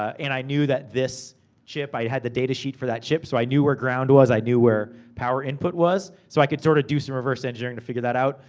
and i knew that this chip, i had the data sheet for that chip, so i knew where ground was. i knew where power input was. so, i could sorta do some reverse engineering to figure that out.